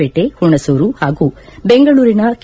ಪೇಟೆ ಹುಣಸೂರು ಹಾಗೂ ಬೆಂಗಳೂರಿನ ಕೆ